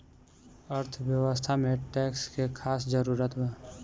अर्थव्यवस्था में टैक्स के खास जरूरत बा